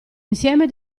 insieme